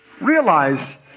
Realize